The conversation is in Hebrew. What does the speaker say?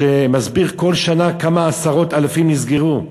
שמסביר כל שנה כמה עשרות אלפים נסגרו.